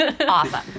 Awesome